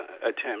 attempt